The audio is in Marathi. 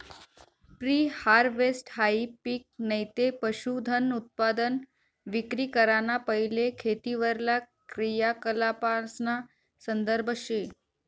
प्री हारवेस्टहाई पिक नैते पशुधनउत्पादन विक्री कराना पैले खेतीवरला क्रियाकलापासना संदर्भ शे